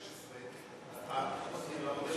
בתקציב 2016, גם לא.